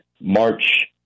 March